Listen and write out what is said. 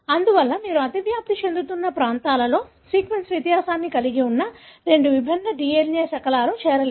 అందువల్ల మీరు అతివ్యాప్తి చెందుతున్న ప్రాంతాలలో సీక్వెన్స్ వ్యత్యాసాన్ని కలిగి ఉన్న రెండు విభిన్న DNA శకలాలు చేరలేరు